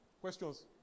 Questions